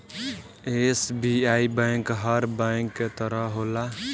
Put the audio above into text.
SBI bank हर bank के तरह होला